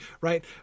right